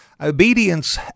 obedience